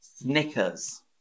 Snickers